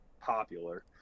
popular